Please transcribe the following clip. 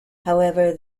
however